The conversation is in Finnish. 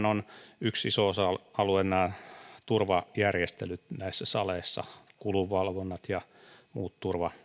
on venynyt yksi iso osa aluehan siinä ovat nämä turvajärjestelyt näissä saleissa kulunvalvonnat ja muut